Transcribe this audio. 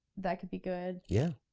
that could be good. yeah.